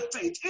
faith